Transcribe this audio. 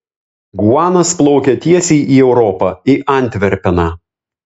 guanas plaukia tiesiai į europą į antverpeną